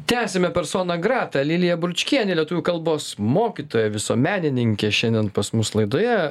tęsiame persona grata lilija bručkienė lietuvių kalbos mokytoja visuomenininkė šiandien pas mus laidoje